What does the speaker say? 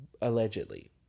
Allegedly